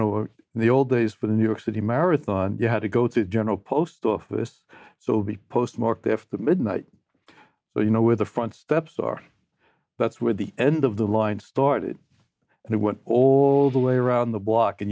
in the old days for the new york city marathon you had to go to the general post office so be postmarked after midnight so you know where the front steps are that's where the end of the line started and it went all the way around the block and